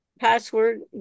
Password